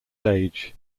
age